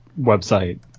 website